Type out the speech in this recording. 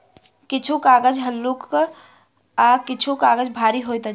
किछु कागज हल्लुक आ किछु काजग भारी होइत अछि